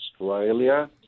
Australia